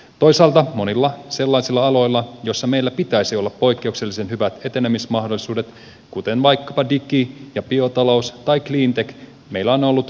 toisaalta monilla sellaisilla aloilla joilla meillä pitäisi olla poikkeuksellisen hyvät etenemismahdollisuudet kuten vaikkapa digi ja biotalous tai cleantech alalla meillä on ollut käynnistymisvaikeuksia